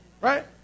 Right